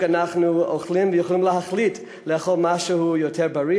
אנחנו אוכלים ויכולים להחליט לאכול משהו יותר בריא,